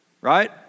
right